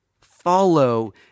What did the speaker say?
Follow